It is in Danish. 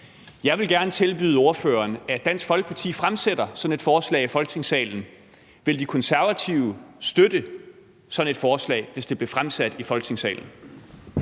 Jeg vil gerne tilbyde ordføreren, at Dansk Folkeparti fremsætter sådan et forslag i Folketingssalen. Ville De Konservative støtte sådan et forslag, hvis det blev fremsat i Folketingssalen?